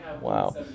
Wow